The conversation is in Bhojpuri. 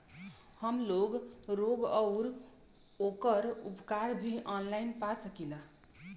हमलोग रोग अउर ओकर उपचार भी ऑनलाइन पा सकीला?